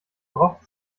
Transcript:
braucht